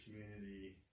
community